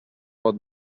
pot